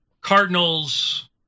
cardinals